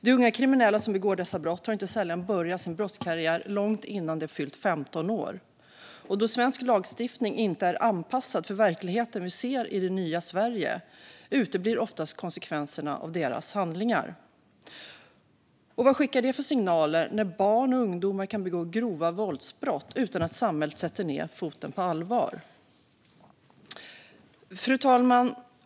De unga kriminella som begår dessa brott har inte sällan börjat sin brottskarriär långt innan de fyllt 15 år, och då svensk lagstiftning inte är anpassad för den verklighet vi ser i det nya Sverige uteblir oftast konsekvenserna av deras handlingar. Vad skickar det för signaler när barn och ungdomar kan begå grova våldsbrott utan att samhället sätter ned foten på allvar? Fru talman!